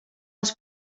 els